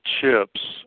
chips